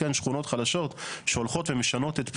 שכונות חדשות שהולכות ומשנות את פניהן.